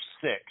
six